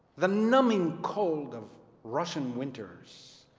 the numbing cold of russian winters,